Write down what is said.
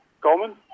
Coleman